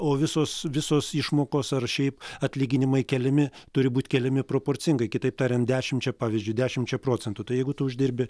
o visos visos išmokos ar šiaip atlyginimai keliami turi būti keliami proporcingai kitaip tariant dešimčia pavyzdžiui dešimčia procentų tai jeigu tu uždirbi